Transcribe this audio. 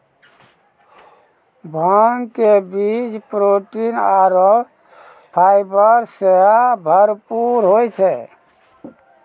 भांग के बीज प्रोटीन आरो फाइबर सॅ भरपूर होय छै